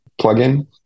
plugin